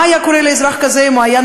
מה היה קורה לאזרח כזה אם הוא היה,